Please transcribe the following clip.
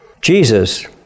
Jesus